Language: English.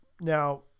now